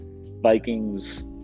vikings